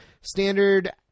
standard